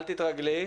אל תתרגלי.